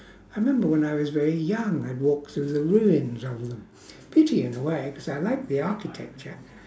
I remember when I was very young I'd walk through the ruins of them pity in a way cause I like the architecture